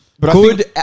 good